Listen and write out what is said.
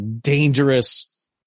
dangerous